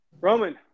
Roman